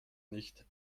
nicht